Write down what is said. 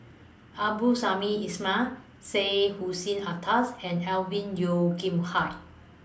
Abdul Samad Ismail Syed Hussein Alatas and Alvin Yeo Khirn Hai